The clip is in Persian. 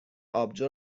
آبجو